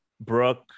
brooke